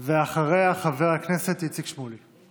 אחריה, חבר הכנסת איציק שמולי.